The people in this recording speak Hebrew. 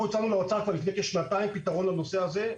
אנחנו הצענו לאוצר כבר לפני כשנתיים פתרון לנושא הזה.